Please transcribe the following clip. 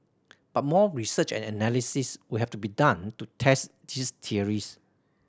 but more research and analysis would have to be done to test these theories